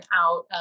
out